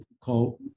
call